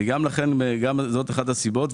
זאת אחת הסיבות.